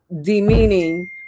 demeaning